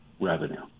revenue